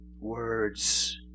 Words